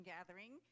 Gathering